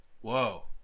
Whoa